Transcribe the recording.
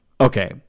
okay